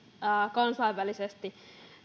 kansainvälisesti